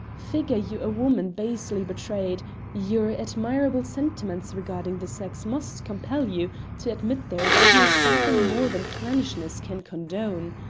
figure you a woman basely betrayed your admirable sentiments regarding the sex must compel you to admit there is here something more than clannishness can condone.